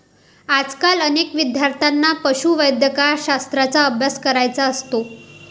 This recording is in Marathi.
आजकाल अनेक विद्यार्थ्यांना पशुवैद्यकशास्त्राचा अभ्यास करायचा असतो